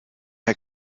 der